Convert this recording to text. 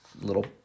Little